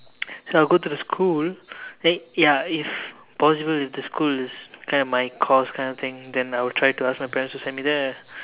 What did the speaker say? so I'll go to the school then ya if possible if the school is kind of my course kind of thing then I'll try to ask my parents to send me there